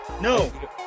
No